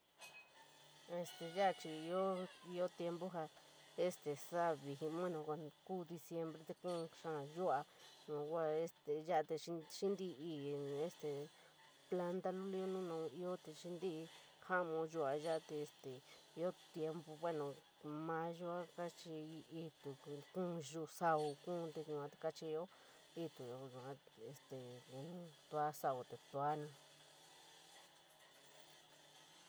Este yala chir ioo tiempo este saa vijii bueno icuu diciembre kuu xaai yuiyoi yua kuoi este yala xintirii este planta lul, ioo nu nao ioo tiji in folamo yuiyoi yara te este ioo tiempo, mayua kachirin itu, kuu sau kuun yua te kachiyo ituyo este te nu sau te tuami.